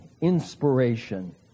inspiration